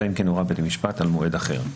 אלא אם כן הורה בית המשפט על מועד אחר.